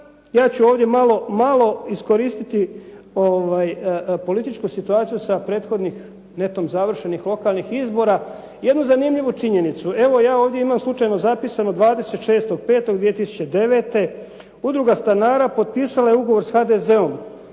ja ću ovdje malo iskoristiti političku situaciju sa prethodnih netom završenih lokalnih izbora, jednu zanimljivu činjenicu. Evo ja ovdje imam slučajno zapisano 26.5.2009. Udruga stanara potpisala je ugovor sa HDZ-om